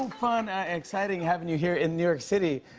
fun, exciting having you here in new york city,